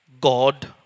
God